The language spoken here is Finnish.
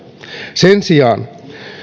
sen sijaan